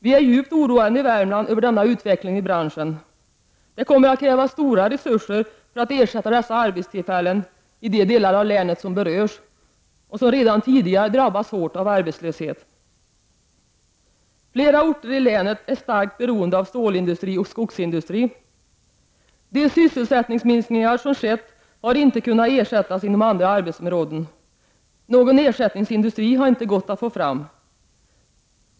Vi är djupt oroade i Värmland över denna utveckling i branschen. Det kommer att krävas stora resurser för att ersätta dessa arbetstillfällen i de delar av länet som berörs och som redan tidigare drabbats hårt Flera orter i länet är starkt beroende av stålindustrin och skogsindustrin. De sysselsättningsminskningar som har skett har inte kunnat ersättas inom andra arbetsområden; någon ersättningsindustri har inte gått att få fram.